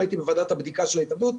הייתי בוועדת הבדיקה של ההתאבדות,